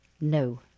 No